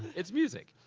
it's music.